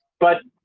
but,